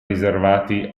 riservati